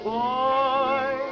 boy